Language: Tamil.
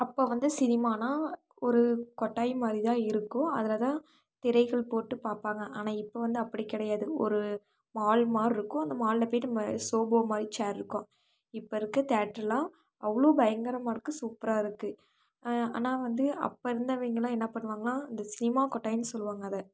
அப்போ வந்து சினிமானால் ஒரு கொட்டாயி மாதிரி தான் இருக்கும் அதில் தான் திரைகள் போட்டு பார்ப்பாங்க ஆனால் இப்போ வந்து அப்படி கிடையாது ஒரு மால் மாதிர்ருக்கும் அந்த மால்ல போய்ட்டு ம சோபோ மாதிரி சேர் இருக்கும் இப்போ இருக்க தேட்டரெலாம் அவ்வளோ பயங்கரமாக இருக்குது சூப்பராக இருக்குது ஆனால் வந்து அப்போ இருந்தவைங்களாம் என்ன பண்ணுவாங்கன்னால் இந்த சினிமா கொட்டாயினு சொல்லுவாங்கள் அதை